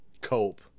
Cope